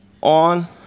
on